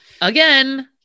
again